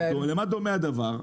אבל למה דומה הדבר?